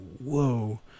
whoa